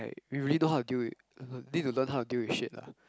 we really know how to deal with need to learn how to deal with shit lah